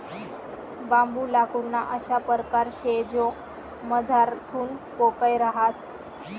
बांबू लाकूडना अशा परकार शे जो मझारथून पोकय रहास